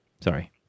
Sorry